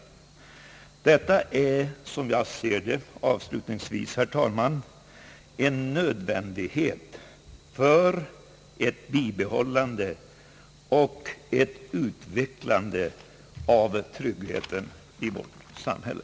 Detta är som jag ser det avslutningsvis, herr talman, en nödvändighet för ett bibehållande och ett utvecklande av tryggheten i vårt samhälle.